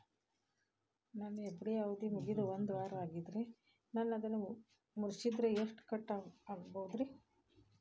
ನನ್ನ ಎಫ್.ಡಿ ಅವಧಿ ಮುಗಿದು ಒಂದವಾರ ಆಗೇದ್ರಿ ಈಗ ಅದನ್ನ ಮುರಿಸಿದ್ರ ಎಷ್ಟ ಕಟ್ ಆಗ್ಬೋದ್ರಿ?